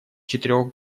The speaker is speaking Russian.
четырех